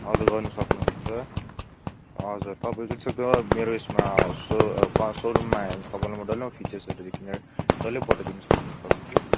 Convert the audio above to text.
हजुर गर्नु सक्नुहुन्छ हजुर तपाईँले शुक्रबार मेरो यसमा सो सोरूममा आयो भनेपछि तपाईँलाई म डल्लै म फिचर्सहरू डल्लै बताइदिन सक्छु